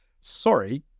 sorry